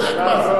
לומר.